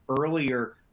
earlier